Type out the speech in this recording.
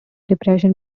depression